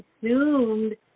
consumed